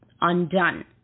undone